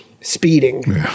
speeding